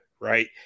Right